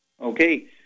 Okay